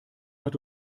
hat